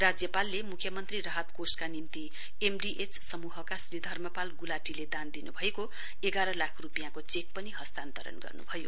राज्पालले मुख्य मन्त्री राहत कोषका निम्ति एमडिएच समूहका श्री धर्मपाल गुलाटीले ध्यान दिनुभएको एघार लाख रूपियाँको चेक पनि हस्तान्तरण गर्नुभयो